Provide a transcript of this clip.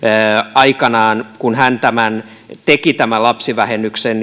aikanaan kun hän teki tämän lapsivähennyksen